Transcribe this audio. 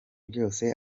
byose